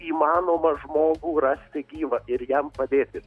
įmanoma žmogų rasti gyvą ir jam padėti